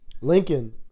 Lincoln